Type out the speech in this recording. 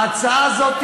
ההצעה הזאת,